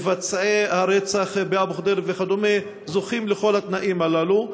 מבצעי הרצח באבו ח'דיר וכדומה זוכים לכל התנאים הללו.